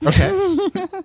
okay